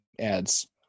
ads